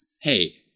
Hey